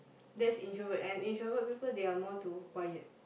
that's introvert and introvert people they are more to quiet